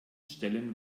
stellen